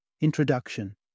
Introduction